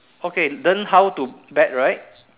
okay learn how to bet right